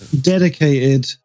dedicated